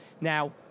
Now